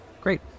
Great